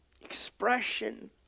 expression